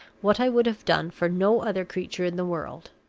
what i would have done for no other creature in the world.